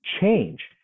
change